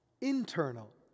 internal